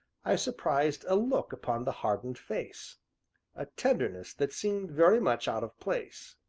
i surprised a look upon the hardened face a tenderness that seemed very much out of place.